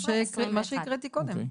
מה שהקראתי קודם.